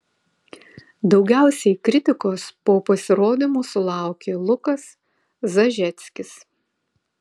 daugiausiai kritikos po pasirodymų sulaukė lukas zažeckis